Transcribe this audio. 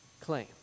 claim